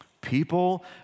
People